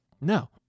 No